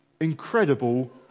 incredible